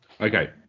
okay